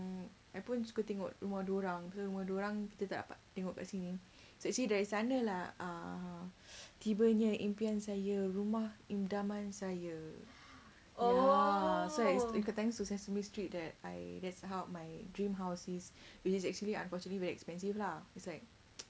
mm I pun suka tengok tengok dia orang cuma dia orang kita tak dapat tengok kat sini so it's actually dari sana lah tibanya impian saya rumah idaman saya ya so like it's thanks to sesame street that I that's how my dream house is which is actually unfortunately very expensive lah it's like